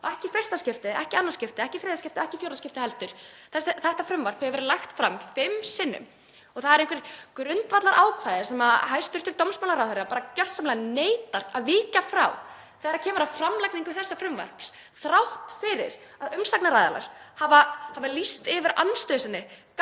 ekki í fyrsta skipti, ekki í annað skipti, ekki í þriðja skipti og ekki fjórða skipti heldur. Þetta frumvarp hefur verið lagt fram fimm sinnum og það eru einhver grundvallarákvæði sem hæstv. dómsmálaráðherra bara gersamlega neitar að víkja frá þegar kemur að framlagningu þessa frumvarps þrátt fyrir að umsagnaraðilar hafi lýst yfir andstöðu sinni